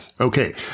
Okay